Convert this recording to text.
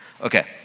Okay